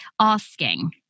asking